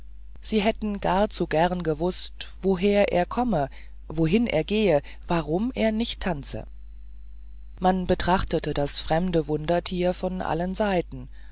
sie hätten gar zu gerne gewußt woher er komme wohin er gehe warum er nicht tanze man betrachtete das fremde wundertier von allen seiten